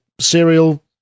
cereal